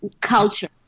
culture